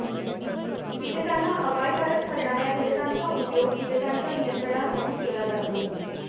कीटकांना अपायकारक ठरणार्या घटकांचा उपयोग कीटकांच्या नियंत्रणासाठी केला जातो